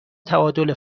تعادل